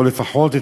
או לפחות,